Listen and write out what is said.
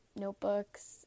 notebooks